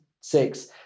six